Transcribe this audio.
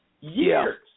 Years